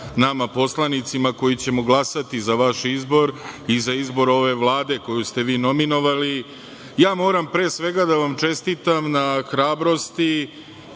nama poslanicima koji ćemo glasati za vaš izbor i za izbor ove Vlade koju ste vi nominovali, moram pre svega da vam čestitam na hrabrosti